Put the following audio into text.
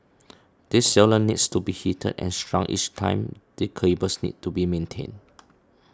this sealant needs to be heated and shrunk each time the cables need to be maintained